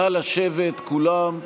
נא לשבת כולם.